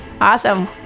awesome